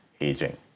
aging